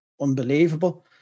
unbelievable